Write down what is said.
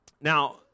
Now